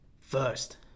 First